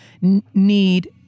need